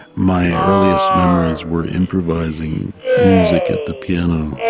my earliest memories were improvising music at the piano.